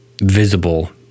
visible